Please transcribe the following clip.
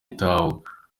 itahuka